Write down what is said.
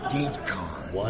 Gatecon